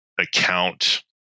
account